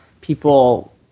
people